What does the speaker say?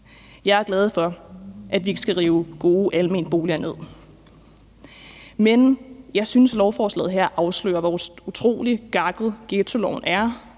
Jeg er glad for, at vi ikke skal rive gode almenboliger ned. Men jeg synes, at lovforslaget her afslører, hvor utrolig gakket ghettoloven er.